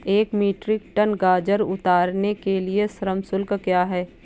एक metric tonne गाजर उतारने के लिए श्रम शुल्क क्या है?